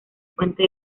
puente